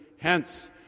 Hence